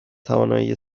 توانایی